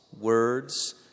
words